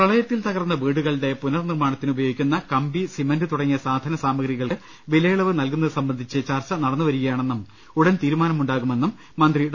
പ്രളയത്തിൽ തകർന്ന വീടുകളുടെ പുനർനിർമാണത്തിന് ഉപയോഗിക്കുന്ന കമ്പി സിമന്റ് തുടങ്ങിയ സാധന സാമഗ്രികൾക്ക് വിലയിളവ് നൽകുന്നത് സംബന്ധിച്ച് ചർച്ച നടന്നു വരികയാണെന്നും ഉടൻ തീരുമാനമുണ്ടാകു മെന്നും മന്ത്രി ഡോ